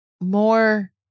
more